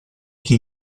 chi